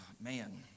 man